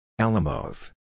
Alamoth